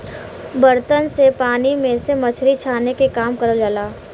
बर्तन से पानी में से मछरी छाने के काम करल जाला